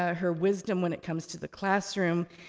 ah her wisdom when it comes to the classroom,